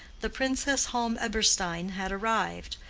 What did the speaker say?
the princess halm-eberstein had arrived,